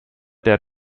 der